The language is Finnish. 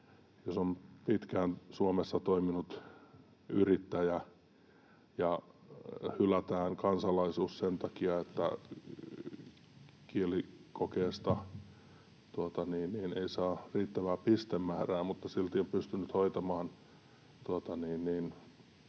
jos on pitkään Suomessa toiminut yrittäjä ja hylätään kansalaisuus sen takia, että kielikokeesta ei saa riittävää pistemäärää, mutta silti on pystynyt hoitamaan